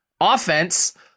offense